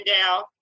down